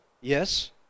Yes